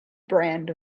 brand